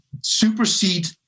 supersede